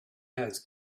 has